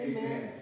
Amen